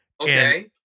Okay